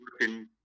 working